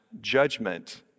judgment